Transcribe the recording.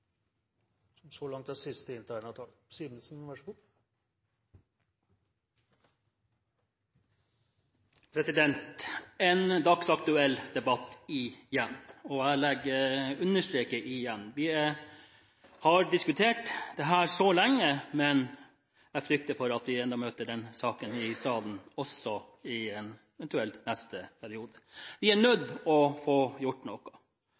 En dagsaktuell debatt igjen – og jeg understreker «igjen». Vi har diskutert dette så lenge, men jeg frykter for at vi vil møte denne saken i salen eventuelt også i en neste periode. Vi er nødt til å få gjort noe.